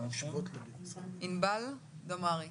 מאחר שדיברתי גם בוועדה קודמת אני אדבר ממש ממש בקצרה.